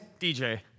DJ